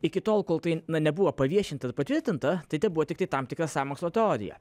iki tol kol tai nebuvo paviešinta ir patvirtinta tai tebuvo tiktai tam tikra sąmokslo teorija